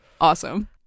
awesome